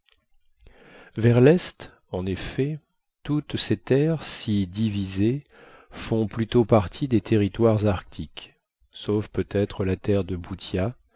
vers l'est en effet toutes ces terres si divisées font plutôt partie des territoires arctiques sauf peut-être la terre de